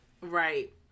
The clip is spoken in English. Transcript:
right